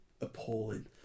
appalling